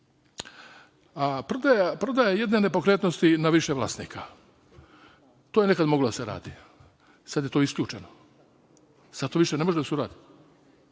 osudu. Prodaja jedne nepokretnosti na više vlasnika. To je nekad moglo da se radi, sad je to isključeno, sad to više ne može da se uradi.